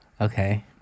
Okay